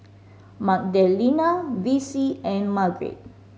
Magdalena Vicie and Margret